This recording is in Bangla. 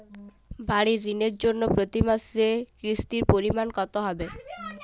বাড়ীর ঋণের জন্য প্রতি মাসের কিস্তির পরিমাণ কত হবে?